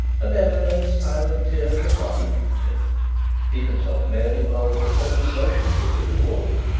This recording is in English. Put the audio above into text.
and eleanor's silent tears had not rebuked him he had told mary bold that her devotion would be rewarded,